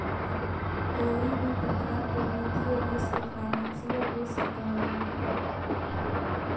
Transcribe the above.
कोई भी प्रकार के वित्तीय रिस्क फाइनेंशियल रिस्क कहल जा हई